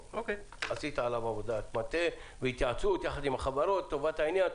עשית עליו עבודת מטה והתייעצות יחד עם החברות לטובת העניין,